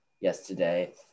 yesterday